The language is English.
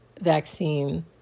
vaccine